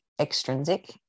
extrinsic